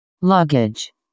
Luggage